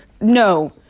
No